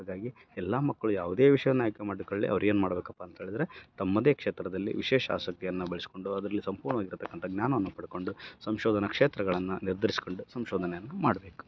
ಹಾಗಾಗಿ ಎಲ್ಲ ಮಕ್ಕಳು ಯಾವುದೇ ವಿಷಯವನ್ನ ಆಯ್ಕೆ ಮಾಡ್ಕೊಳ್ಳಿ ಅವ್ರು ಏನು ಮಾಡ್ಬೇಕಪ್ಪ ಅಂತೇಳಿದರೆ ತಮ್ಮದೇ ಕ್ಷೇತ್ರದಲ್ಲಿ ವಿಶೇಷ ಆಸಕ್ತಿಯನ್ನ ಬೆಳೆಸ್ಕೊಂಡು ಅದರಲ್ಲಿ ಸಂಪೂರ್ಣವಾಗಿರ್ತಕ್ಕಂಥ ಜ್ಞಾನವನ್ನು ಪಡ್ಕೊಂಡು ಸಂಶೋಧನಾ ಕ್ಷೇತ್ರಗಳನ್ನ ನಿರ್ಧರ್ಸ್ಕೊಂಡು ಸಂಶೋಧನೆಯನ್ನ ಮಾಡಬೇಕು